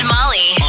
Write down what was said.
Molly